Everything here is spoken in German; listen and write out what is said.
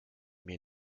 mir